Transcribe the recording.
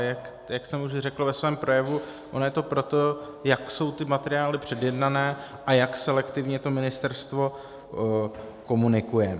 Ale jak jsem už řekl ve svém projevu, ono je to proto, jak jsou ty materiály předjednané a jak selektivně to ministerstvo komunikuje.